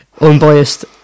unbiased